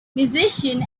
musician